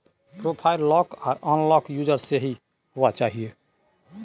profile lock आर unlock user से ही हुआ चाहिए